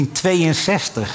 1962